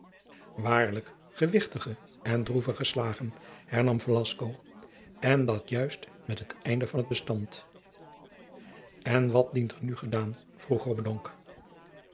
waarlijk gewichtige en droevige slagen hernam velasco en dat juist met het einde van t bestand en wat dient er nu gedaan vroeg